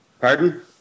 Pardon